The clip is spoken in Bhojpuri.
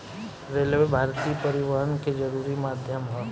रेलवे भारतीय परिवहन के जरुरी माध्यम ह